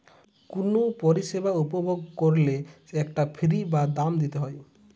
কুনো পরিষেবা উপভোগ কোরলে একটা ফী বা দাম দিতে হই